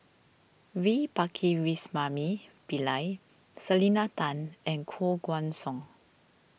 V Pakirisamy Pillai Selena Tan and Koh Guan Song